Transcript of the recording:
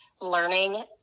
Learning